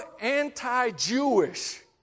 anti-Jewish